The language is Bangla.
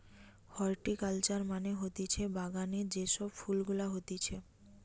হরটিকালচার মানে হতিছে বাগানে যে সব ফুল গুলা হতিছে